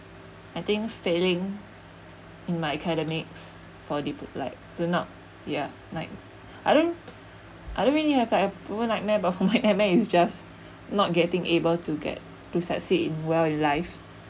I think failing in my academics for the like turn up ya like I don't I don't really have I will nightmare nightmare just not getting able to get to succeed in well in life